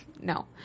no